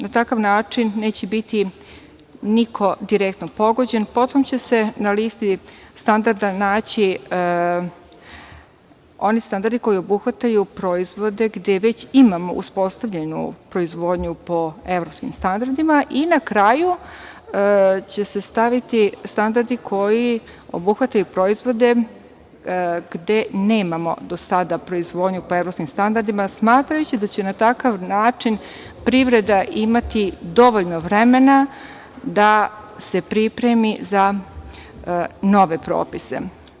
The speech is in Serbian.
Na takav način neće biti niko direktno pogođen, potom će se na listi standarda naći oni standardi koji obuhvataju proizvode gde već imamo uspostavljenu proizvodnju po evropskim standardima i na kraju će se staviti standardi koji obuhvataju proizvode gde nemamo do sada proizvodnju po evropskim standardima, smatrajući da će na takav način privreda imati dovoljno vremena da se pripremi za nove propise.